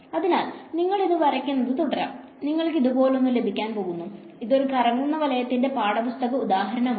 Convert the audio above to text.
അതിനാൽ നിങ്ങൾക്ക് ഇത് വരയ്ക്കുന്നത് തുടരാം നിങ്ങൾക്ക് ഇതുപോലൊന്ന് ലഭിക്കാൻ പോകുന്നു ഇത് ഒരു കറങ്ങുന്ന വലത്തിന്റെ പാഠപുസ്തക ഉദാഹരണമാണ്